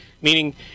meaning